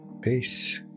peace